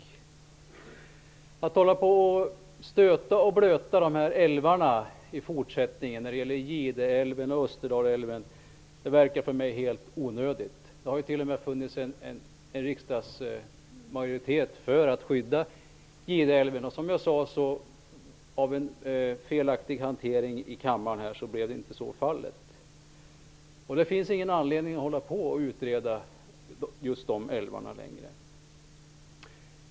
För mig verkar det helt onödigt att hålla på och stöta och blöta de här älvarna, Gideälven och Österdalälven, i fortsättningen. Det har t.o.m. funnits en riksdagsmajoritet för att skydda Gideälven, men på grund av en felaktig hantering här i kammaren blev det som sagt inte så. Det finns ingen anledning att hålla på och utreda just de älvarna längre.